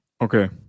Okay